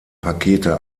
pakete